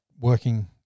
working